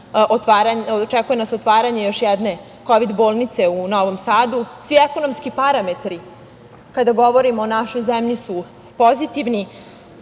očekuje otvaranje još jedne kovid bolnice u Novom Sadu. Svi ekonomski parametri kada govorimo o našoj zemlji su pozitivni.